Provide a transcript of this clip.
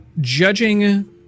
judging